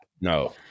No